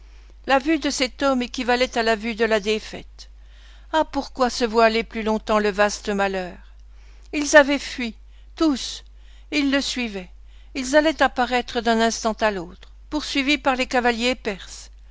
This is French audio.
la vue de cet homme équivalait à la vue de la défaite ah pourquoi se voiler plus longtemps le vaste malheur ils avaient fui tous ils le suivaient ils allaient apparaître d'un instant à l'autre poursuivis par les cavaliers perses